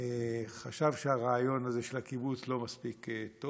חשב שהרעיון של הקיבוץ לא טוב מספיק,